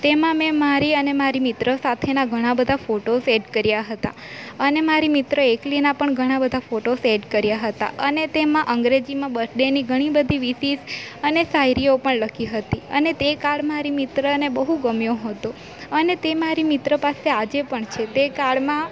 તેમાં મેં મારી અને મારી મિત્ર સાથેના ઘણા બધા ફોટોસ એડ કર્યા હતા અને મારી મિત્ર એકલીના પણ ઘણા બધા ફોટોસ એડ કર્યા હતા અને તેમાં અંગ્રેજીમાં બર્થ ડેની ઘણી બધી વિસીશ અને શાયરીઓ પણ લખી હતી અને તે કાર્ડ મારી મિત્રને બહુ ગમ્યો હતો અને તે મારી મિત્ર પાસે આજે પણ છે તે કાર્ડમાં